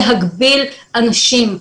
להגביל אנשים.